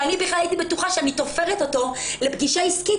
שאני בכלל הייתי בטוחה שאני תופרת אותו לפגישה עסקית,